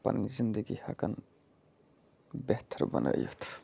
پَنٕنۍ زِندگی ہٮ۪کَن بہتر بنٲیِتھ